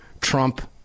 Trump